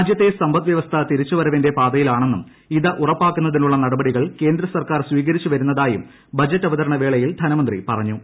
രാജ്യത്തെ സമ്പദ്വൃവസ്ഥ തിരിച്ചുവരവിന്റെ പ്ടൂതയിലാണെന്നും ഇത് ഉറപ്പാക്കുന്നതിനുള്ള നടപടികൾ ക്ലേന്റ് സർക്കാർ സ്വീകരിച്ചു വരുന്നതായും ബജറ്റ് അവതരൂണ്ട്പ്പേള്യിൽ ധനമന്ത്രി പറഞ്ഞു